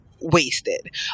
wasted